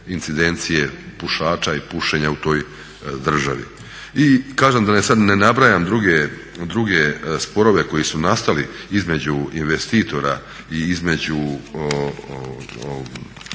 incidencije pušača i pušenja u toj državi. I kažem da sad ne nabrajam druge sporove koji su nastali između investitora i između